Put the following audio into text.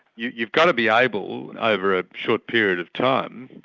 you've you've got to be able and over a short period of time,